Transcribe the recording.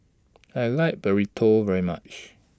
I like Burrito very much